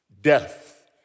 death